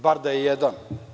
Bar da je jedan.